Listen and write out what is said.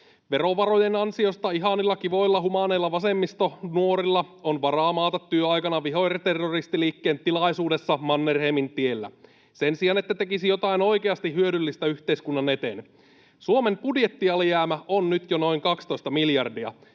Verovarojen ansiosta ihanilla, kivoilla, humaaneilla vasemmistonuorilla on varaa maata työaikana viherterroristiliikkeen tilaisuudessa Mannerheimintiellä sen sijaan, että tekisivät jotain oikeasti hyödyllistä yhteiskunnan eteen. Suomen budjettialijäämä on jo nyt noin 12 miljardia,